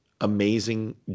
Amazing